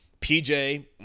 PJ